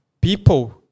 People